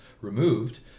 removed